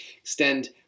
extend